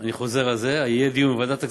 אני חוזר על זה: יהיה דיון בוועדת הכספים,